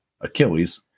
Achilles